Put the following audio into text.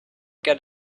get